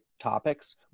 topics